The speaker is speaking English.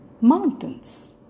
mountains